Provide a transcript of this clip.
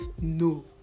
No